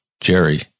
Jerry